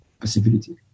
possibility